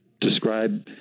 describe